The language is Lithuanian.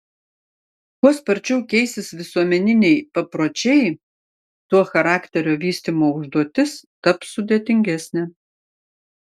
kuo sparčiau keisis visuomeniniai papročiai tuo charakterio vystymo užduotis taps sudėtingesnė